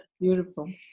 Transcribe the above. Beautiful